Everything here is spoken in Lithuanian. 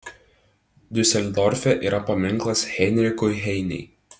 diuseldorfe yra paminklas heinrichui heinei